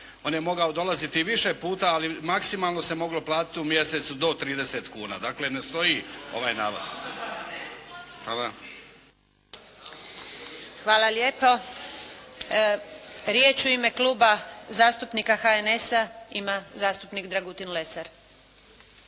On je mogao dolaziti i više puta, ali maksimalno se moglo platiti u mjesecu do 30 kuna. Dakle, ne stoji ovaj navod. Hvala. **Antunović, Željka (SDP)** Hvala lijepo. Riječ u ime Kluba zastupnika HNS-a ima zastupnik Dragutin Lesar.